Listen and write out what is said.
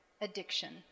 addiction